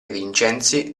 vincenzi